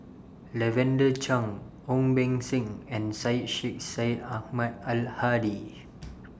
Lavender Chang Ong Beng Seng and Syed Sheikh Syed Ahmad Al Hadi